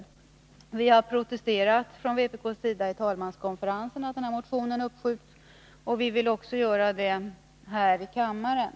Från vpk:s sida har vi protesterat mot detta i talmanskonferensen, och vi vill göra det även här i kammaren.